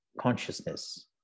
consciousness